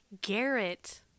Garrett